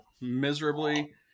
miserably